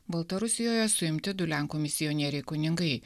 baltarusijoje suimti du lenkų misionieriai kunigai